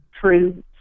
true